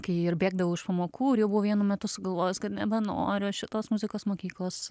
kai ir bėgdavau iš pamokų ir jau buvau vienu metu sugalvojus kad nebenoriu aš šitos muzikos mokyklos